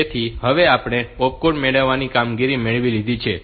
તેથી હવે આપણે opcode મેળવવાની કામગીરી મેળવી લીધી છે